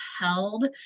held